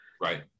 right